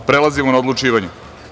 Prelazimo na odlučivanje.